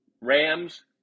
Rams